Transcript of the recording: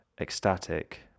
ecstatic